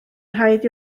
rhaid